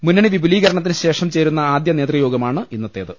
മുന്നണി വിപുലീകരണത്തിന് ശേഷം ചേരുന്ന ആദ്യ നേതൃ യോഗമാണ് ഇന്നത്തേത്